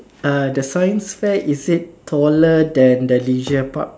uh the science fair is it taller than the leisure park